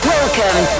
Welcome